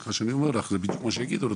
סליחה שאני אומר לך זה בדיוק מה שיגידו לו,